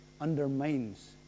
undermines